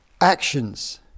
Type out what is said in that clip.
actions